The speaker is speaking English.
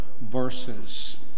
verses